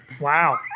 Wow